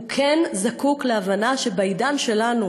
הוא כן זקוק להבנה שבעידן שלנו,